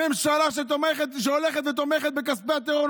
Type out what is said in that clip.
ממשלה שהולכת ותומכת בכספי הטרור,